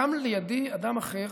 קם לידי אדם אחר